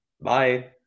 bye